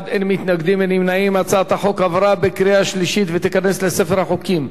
הצעת החוק עברה בקריאה שלישית ותיכנס לספר החוקים של מדינת ישראל.